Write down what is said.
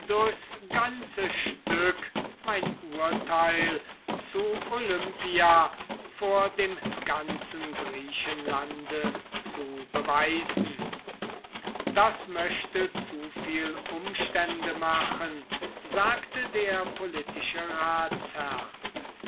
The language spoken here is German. ganze stück mein urteil zu olympia vor dem ganzen griechenlande zu beweisen das möchte zu viel umstände machen sagte der politische